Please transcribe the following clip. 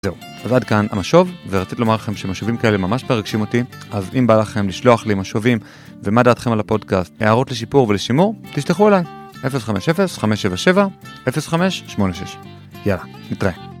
זהו, ועד כאן המשוב, ורציתי לומר לכם שמשובים כאלה ממש מרגשים אותי, אז אם בא לכם לשלוח לי משובים ומה דעתכם על הפודקאסט, הערות לשיפור ולשימור, תשלחו אליי, 050-577-0586. יאללה, נתראה.